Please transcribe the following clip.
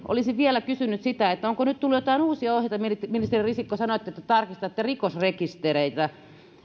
olisin vielä kysynyt sitä onko nyt tullut joitain uusia ohjeita ministeri risikko sanoitte että tarkistatte rikosrekistereitä